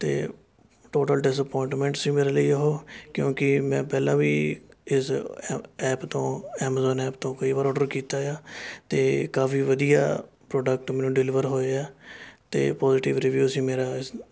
ਅਤੇ total disappointment ਸੀ ਮੇਰੇ ਲਈ ਉਹ ਕਿਉਂਕਿ ਮੈਂ ਪਹਿਲਾਂ ਵੀ ਇਸ ਐਪ ਐਪ ਤੋਂ ਐਮਾਜੌਨ ਐਪ ਤੋਂ ਕਈ ਵਾਰ ਔਡਰ ਕੀਤਾ ਆ ਤੇ ਕਾਫ਼ੀ ਵਧੀਆ ਪ੍ਰੋਡਕਟ ਮੈਨੂੰ ਡਿਲੀਵਰ ਹੋਏ ਆ ਅਤੇ ਪੋਜ਼ੀਟਿਵ ਰੀਵਿਊ ਸੀ ਮੇਰਾ ਇਸ